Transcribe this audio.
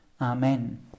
Amen